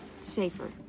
safer